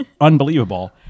unbelievable